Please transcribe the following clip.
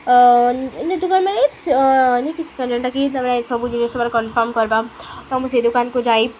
ନ ଦୁକାନ ମାନ ଏକ କଟା କି ତମେ ସବୁ ଜିନିଷ ତମର କନଫର୍ମ କର୍ବା ତ ମୁଁ ସେଇ ଦୁକାନକୁ ଯାଇ